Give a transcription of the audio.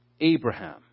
Abraham